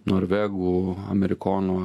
norvegų amerikonų